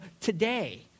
today